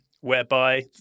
whereby